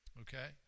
Okay